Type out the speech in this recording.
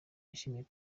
yashimiye